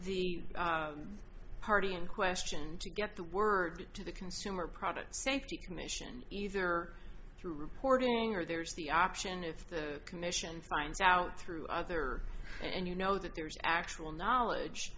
the party in question to get the word to the consumer product safety commission either through reporting or there's the option if the commission finds out through other and you know that there's actual knowledge